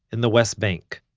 in the west bank.